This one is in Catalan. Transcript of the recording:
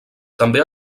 també